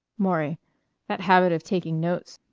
maury that habit of taking notes.